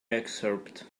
excerpt